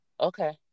Okay